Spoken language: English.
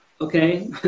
Okay